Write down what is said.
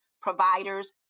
providers